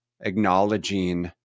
acknowledging